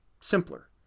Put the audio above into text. simpler